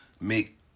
make